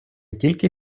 тільки